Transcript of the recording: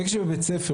ברגע שבית ספר,